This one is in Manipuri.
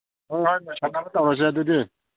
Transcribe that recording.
ꯎꯝ ꯍꯣꯏ ꯂꯣꯏꯁꯤꯟꯅꯕ ꯇꯧꯔꯁꯤ ꯑꯗꯨꯗꯤ